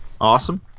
Awesome